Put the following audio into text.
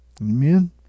Amen